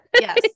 Yes